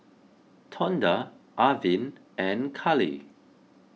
Tonda Arvin and Karlee